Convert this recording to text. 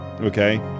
Okay